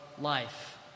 life